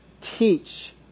teach